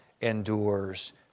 endures